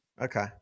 Okay